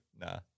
Nah